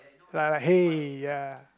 like like hey ya